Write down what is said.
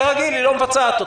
וכרגיל היא לא מבצעת אותה.